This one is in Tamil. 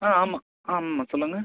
ஆ ஆமாம் ஆமாமாம் சொல்லுங்கள்